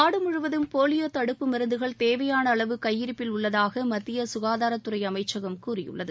நாடு முழுவதும் போலியோ தடுப்பு மருந்துகள் தேவையான அளவு கையிருப்பில் உள்ளதாக மத்திய சுகாதார துறை அமைச்சகம் கூறியுள்ளது